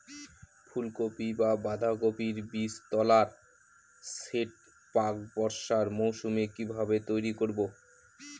ফুলকপি বা বাঁধাকপির বীজতলার সেট প্রাক বর্ষার মৌসুমে কিভাবে তৈরি করব?